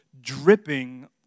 dripping